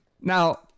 Now